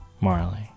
Marley